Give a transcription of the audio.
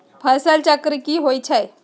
फसल चक्र की होइ छई?